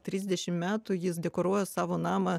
trisdešim metų jis dekoruoja savo namą